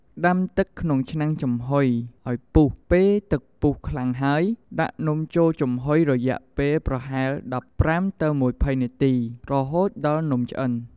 ដាំទឹកក្នុងឆ្នាំងចំហុយឲ្យពុះ ពេលទឹកពុះខ្លាំងហើយ ដាក់នំចូលចំហុយរយៈពេលប្រហែល ១៥-២០ នាទី រហូតដល់នំឆ្អិន។